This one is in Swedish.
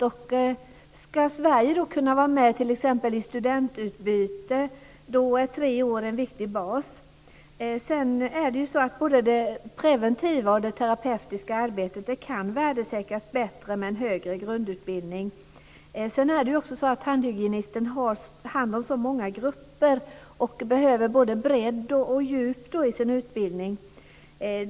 Om Sverige ska kunna vara med i t.ex. studentutbyte är tre år en viktig bas. Både det preventiva och det terapeutiska arbetet kan värdesäkras bättre med en högre grundutbildning. Tandhygienisten har hand om så många grupper och behöver både bredd och djup i sin utbildning.